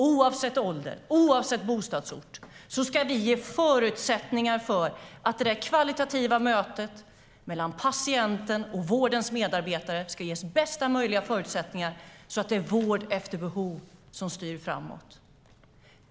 Oavsett ålder och oavsett bostadsort ska vi se till att det högkvalitativa mötet mellan patienten och vårdens medarbetare ska ges bästa möjliga förutsättningar. Det är vård efter behov som styr framåt.